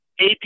AP